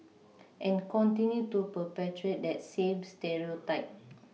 and continue to perpetuate that same stereotype